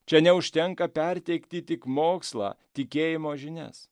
čia neužtenka perteikti tik mokslą tikėjimo žinias